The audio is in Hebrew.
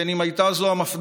בין אם הייתה זו המפד"ל,